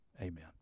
Amen